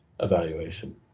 evaluation